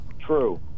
true